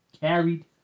carried